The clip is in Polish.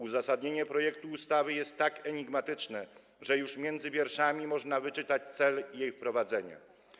Uzasadnienie projektu ustawy jest tak enigmatyczne, że już między wierszami można wyczytać cel jej wprowadzenia.